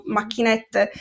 macchinette